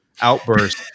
Outburst